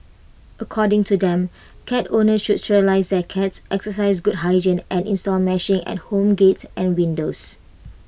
according to them cat owners should sterilise their cats exercise good hygiene and install meshing on home gates and windows